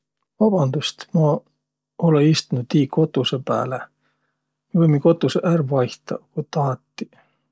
Vabandust, ma olõ istnuq tiiq kotusõ pääle! Mi võimiq kotusõq ärq vaihtaq, ku tahatiq.